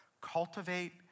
Cultivate